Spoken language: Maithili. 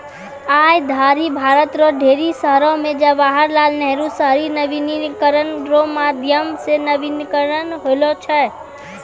आय धरि भारत रो ढेरी शहरो मे जवाहर लाल नेहरू शहरी नवीनीकरण रो माध्यम से नवीनीकरण होलौ छै